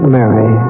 Mary